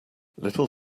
little